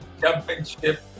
championship